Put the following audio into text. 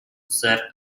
that